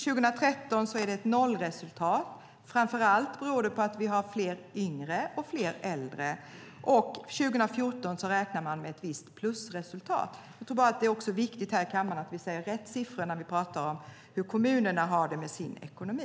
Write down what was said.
I år är det ett nollresultat, framför allt för att vi har fler yngre och äldre. År 2014 räknar man med ett visst plusresultat. Det är viktigt att vi i kammaren säger rätt siffror när vi talar om hur kommunerna har det med sin ekonomi.